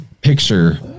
picture